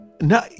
no